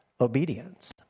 obedience